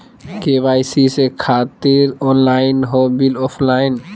KYC से खातिर online हो बिल ऑफलाइन?